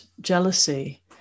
jealousy